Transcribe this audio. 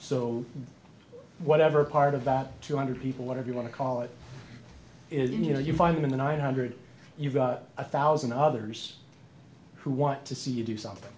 so whatever part of that two hundred people whatever you want to call it is you know you find in the nine hundred you've got a thousand others who want to see you do something